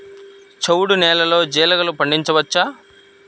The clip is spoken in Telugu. చవుడు నేలలో జీలగలు పండించవచ్చా?